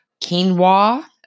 quinoa